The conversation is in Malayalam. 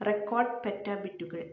റെക്കോർഡ് പെറ്റാബിറ്റുകൾ